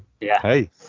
hey